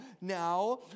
now